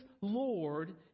Lord